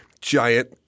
giant